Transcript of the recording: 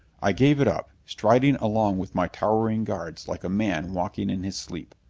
i gave it up, striding along with my towering guards like a man walking in his sleep.